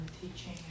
teaching